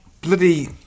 bloody